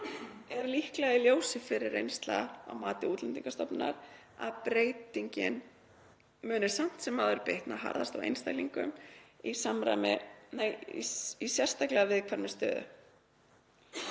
sé líklegt í ljósi fyrri reynslu á mati Útlendingastofnunar að breytingin muni samt sem áður bitna harðast á einstaklingum í sérstaklega viðkvæmri stöðu.